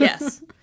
Yes